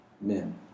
men